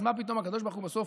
אז מה פתאום הקדוש ברוך הוא בסוף